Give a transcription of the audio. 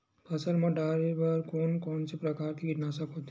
फसल मा डारेबर कोन कौन प्रकार के कीटनाशक होथे?